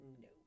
No